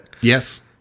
Yes